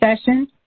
session